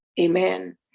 amen